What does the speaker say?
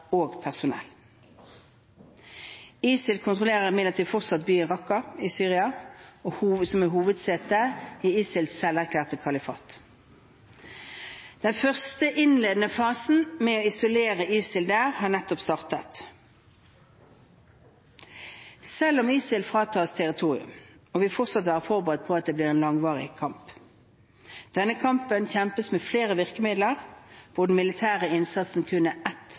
og personell. ISIL kontrollerer imidlertid fortsatt byen Raqqa i Syria, hovedsetet i ISILs selverklærte kalifat. Den første innledende fasen med å isolere ISIL der har nettopp startet. Selv om ISIL fratas territorium, må vi fortsatt være forberedt på en langvarig kamp. Denne kampen må kjempes med flere virkemidler, hvor den militære innsatsen kun er ett